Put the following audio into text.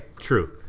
true